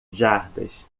jardas